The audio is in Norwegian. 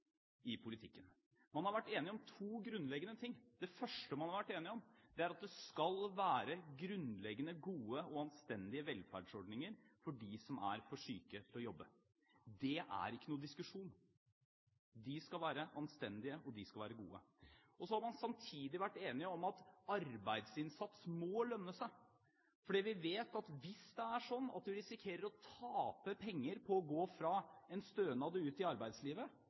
politikken. Man har vært enig om to grunnleggende ting. Det første man har vært enig om, er at det skal være grunnleggende gode og anstendige velferdsordninger for dem som er for syke til å jobbe. Det er ikke noen diskusjon. De skal være anstendige, og de skal være gode. Så har man samtidig vært enig om at arbeidsinnsats må lønne seg, fordi vi vet at hvis det er sånn at du risikerer å tape penger på å gå fra en stønad og ut i arbeidslivet,